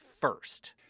first